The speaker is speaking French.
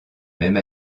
même